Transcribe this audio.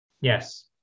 Yes